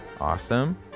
awesome